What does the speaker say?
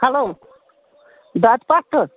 hello دۄدٕ پتھر